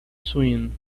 swim